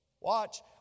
watch